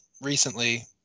recently